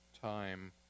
time